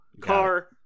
car